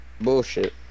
Bullshit